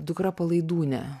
dukra palaidūnė